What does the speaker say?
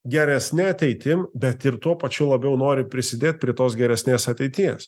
geresne ateitim bet ir tuo pačiu labiau nori prisidėt prie tos geresnės ateities